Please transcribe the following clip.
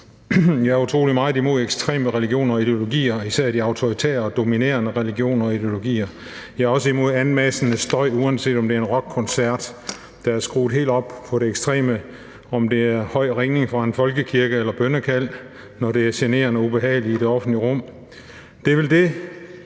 Jeg er utrolig meget imod ekstreme religioner og ideologier, især de autoritære og dominerende religioner og ideologier. Jeg er også imod anmassende støj, uanset om det er en rockkoncert, der er skruet helt op på det ekstreme, om det er høj ringning fra en folkekirke, eller om det er bønnekald, når det er generende og ubehageligt i det offentlige rum. Det er vel det,